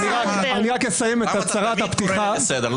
למה אתה תמיד קורא לי לסדר?